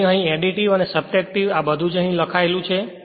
તેથી અહી એડિટિવ અને સબટ્રેક્ટિવ આ બધુ જ અહી લખાયેલું છે